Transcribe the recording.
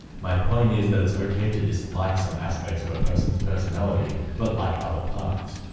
my point is that it's okay to dislike some aspects of a person's personality but like other parts.